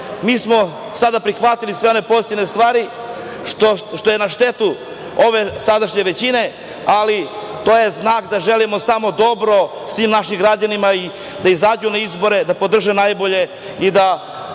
mi smo sada prihvatili sve one pozitivne stvari što je na štetu ove sadašnje većine, ali to je znak da želimo samo dobro svim našim građanima, da izađu na izbore, da podrže najbolje i da